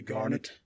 Garnet